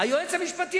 ישראל דת פנאטית.